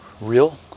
real